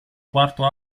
quarto